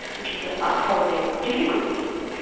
which is ah ah probably a more difficult thing,